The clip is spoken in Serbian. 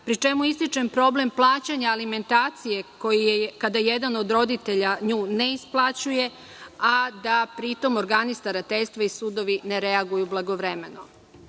pri čemu ističem problem plaćanja alimentacije na koji, kada jedan od roditelja nju ne isplaćuje, organi starateljstva i sudovi ne reaguju blagovremeno;